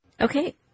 Okay